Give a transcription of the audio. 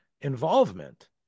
involvement